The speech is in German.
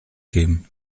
geben